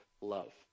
love